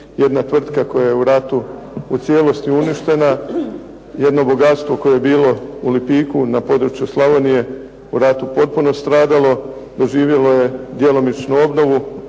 jedna tvrtka koja je u ratu u cijelosti uništena, jedno bogatstvo koje je bilo u Lipiku na području Slavonije, u ratu potpuno stradalo, doživjelo je djelomičnu obnovu,